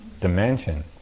dimension